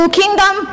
kingdom